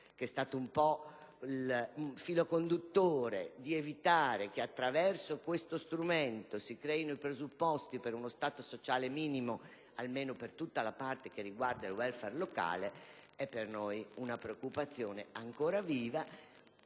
fatto (una sorta di filo conduttore) per evitare che attraverso questo strumento si creino i presupposti per uno Stato sociale minimo, almeno per tutta la parte che riguarda il *welfare* locale, è per noi una preoccupazione ancora viva,